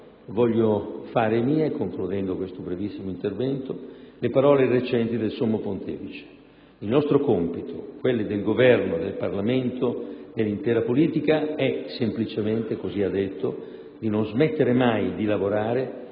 voglio fare mie - concludendo questo brevissimo intervento - le parole recenti del Sommo Pontefice: il nostro compito, quello del Governo, del Parlamento e dell'intera politica, è semplicemente di «non smettere mai di lavorare